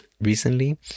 recently